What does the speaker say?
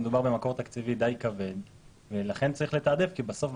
מדובר במקור תקציבי די כבד ולכן צריך לתעדף כי בסוף,